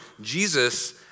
Jesus